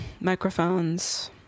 microphones